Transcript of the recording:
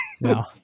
No